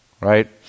Right